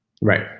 Right